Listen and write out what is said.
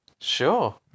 Sure